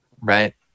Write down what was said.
Right